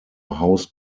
house